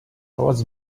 pałac